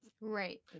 Right